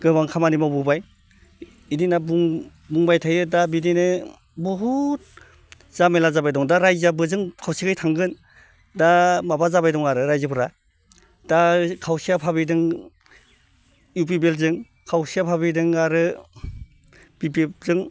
गोबां खामानि मावबोबाय बिदि होनना बुंबाय थायो दा बिदिनो बहुद जामेला जाबाय दं दा राइजोया बबेजों खौसेयै थांगोन दा माबा जाबाय दं आरो राइजोफोरा दा खावसेया भाबिदों इउ पि पि एल जों खावसेया भाबिदों आरो बि पि एफ जों